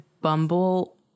Bumble